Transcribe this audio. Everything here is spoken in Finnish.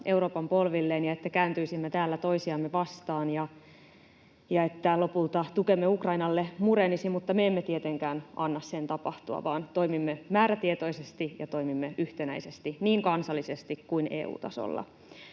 Euroopan polvilleen ja että kääntyisimme täällä toisiamme vastaan ja että lopulta tukemme Ukrainalle murenisi, mutta me emme tietenkään anna sen tapahtua, vaan toimimme määrätietoisesti ja toimimme yhtenäisesti niin kansallisesti kuin EU-tasolla.